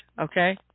okay